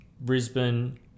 Brisbane